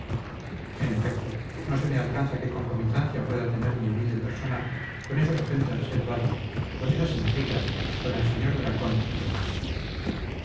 en efecto no se me alcanza qué concomitancia pueda tener mi humilde persona con esos agentes reservados con esas intrigas con el sr dracón y demás